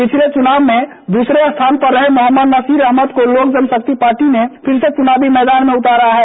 पिछले चुनाव में दूसरे स्थान पर रहे मोहम्मद नासिर अहमद को लोक जनशक्ति पार्टी ने फिर से चुनावी मैदान में उतारा है